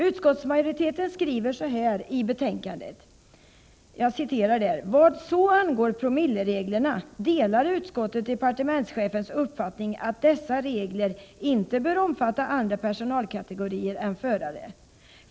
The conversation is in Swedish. Utskottsmajoriteten skriver så här i betänkandet: ”Vad så angår ”promillereglerna” delar utskottet departementschefens uppfattning att dessa regler inte bör omfatta andra personalkategorier än förare.